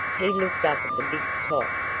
he looked up at the big clock.